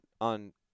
on